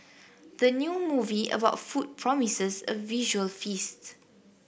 the new movie about food promises a visual feasts